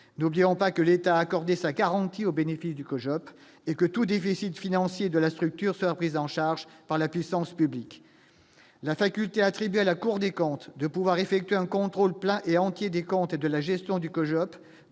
n'oublions pas que l'État accordé sa Karentie au bénéfice du colloque et que tout déficit financier de la structure sera pris en charge par la puissance publique la faculté attribué à la Cour des comptes, de pouvoir effectuer un contrôle plein et entier des comptes de la gestion du